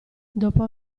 dopo